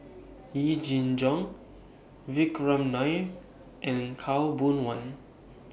Yee Jenn Jong Vikram Nair and Khaw Boon Wan